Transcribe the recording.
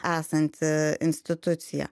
esanti institucija